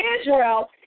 Israel